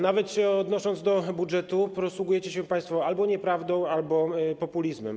Nawet odnosząc się do budżetu, posługujecie się państwo albo nieprawdą, albo populizmem.